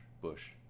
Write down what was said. Bush